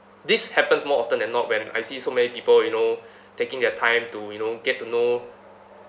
this happens more often than not when I see so many people you know taking their time to you know get to know